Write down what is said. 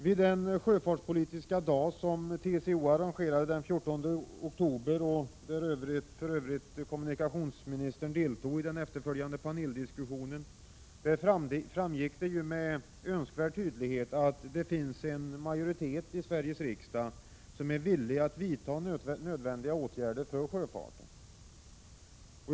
Vid den sjöfartspolitiska dag som TCO arrangerade den 14 oktober och där för övrigt kommunikationsministern deltog i paneldiskussionen framgick det med all önskvärd tydlighet att det finns en majoritet i Sveriges riksdag som är villig att vidta nödvändiga åtgärder för sjöfarten.